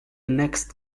next